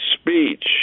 speech